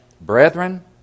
brethren